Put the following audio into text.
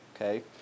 okay